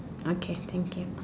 okay thank you